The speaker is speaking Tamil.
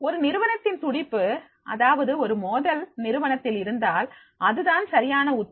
ஒரு நிறுவனத்தின் துடிப்பு அதாவது ஒரு மோதல் நிறுவனத்தில் இருந்தால் அதுதான் சரியான உத்தி